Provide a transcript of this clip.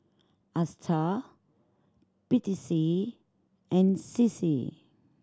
Astar P T C and C C